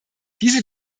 diese